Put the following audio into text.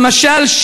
למשל,